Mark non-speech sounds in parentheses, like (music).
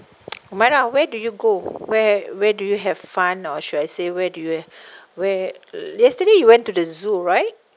(noise) umairah where do you go where where do you have fun or should I say where do you (breath) where yesterday you went to the zoo right